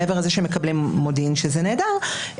מעבר לזה שמקבלים מודיעין שזה נהדר,